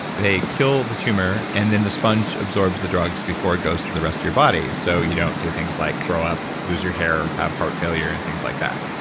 they kill the tumor, and then the sponge absorbs the drugs before it goes to the rest of your body. so you don't do things like throw up, lose your hair, have heart failure, and things like that.